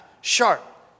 sharp